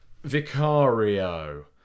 Vicario